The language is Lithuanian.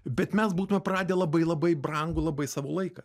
bet mes būtume praradę labai labai brangų labai savo laiką